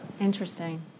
interesting